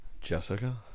jessica